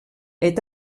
est